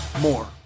more